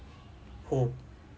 who